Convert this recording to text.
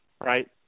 right